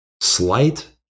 Slight